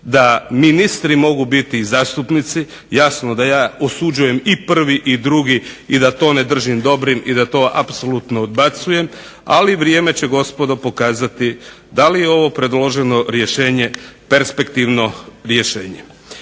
da ministri mogu biti zastupnici. Jasno da osuđujem i prvi i drugi i da to ne držim dobrim i da to apsolutno odbacujem. Ali vrijeme će gospodo pokazati da li je ovo predloženo rješenje perspektivno rješenje.